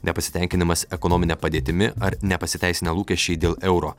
nepasitenkinimas ekonomine padėtimi ar nepasiteisinę lūkesčiai dėl euro